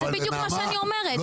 זה בדיוק מה שאני אומרת.